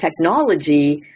technology